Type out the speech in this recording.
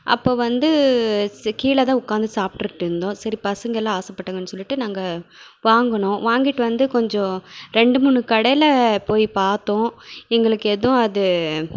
அப்போது வந்து கீழே தான் உட்காந்து சாப்பிட்டுட்டு இருந்தோம் சரி பசங்கலாம் ஆசைப்பட்டாங்கன்னு சொல்லிவிட்டு நாங்கள் வாங்கினோம் வாங்கிட்டு வந்து கொஞ்சம் ரெண்டு மூணு கடையில் போய் பார்த்தோம் எங்களுக்கு எதுவும் அது